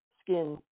skin